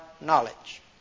knowledge